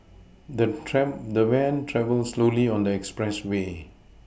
the the van travelled slowly on the expressway